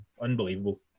unbelievable